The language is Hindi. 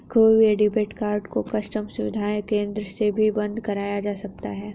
खोये हुए डेबिट कार्ड को कस्टम सुविधा केंद्र से भी बंद कराया जा सकता है